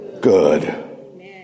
good